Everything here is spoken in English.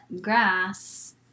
grass